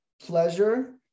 pleasure